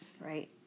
right